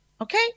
Okay